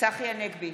צחי הנגבי,